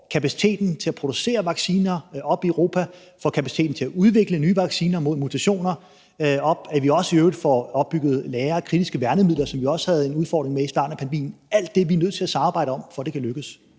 at vi får kapaciteten til at producere vacciner op i Europa og får kapaciteten til at udvikle nye vacciner mod mutationer op, og at vi i øvrigt også får opbygget lagre af kritiske værnemidler, som vi havde en udfordring med i starten af pandemien. Alt det er vi nødt til at samarbejde om, for at det kan lykkes.